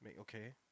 Okay